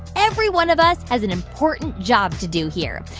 every one of us has an important job to do here.